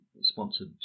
Sponsored